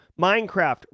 Minecraft